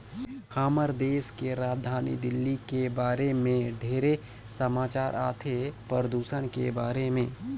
हमर देश के राजधानी दिल्ली के बारे मे ढेरे समाचार आथे, परदूषन के बारे में